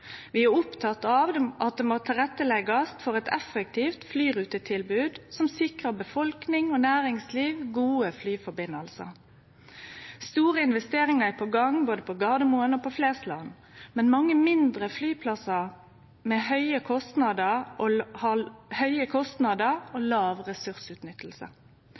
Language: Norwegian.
Vi er opptekne av at det må leggjast til rette for eit effektivt flyrutetilbod som sikrar befolkninga og næringslivet gode flysamband. Store investeringar er på gang, både på Gardermoen og på Flesland. Men mange mindre flyplassar har høge kostnader og